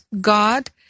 God